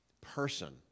person